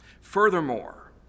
Furthermore